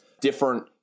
different